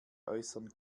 äußern